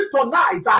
tonight